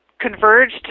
converged